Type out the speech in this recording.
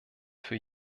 für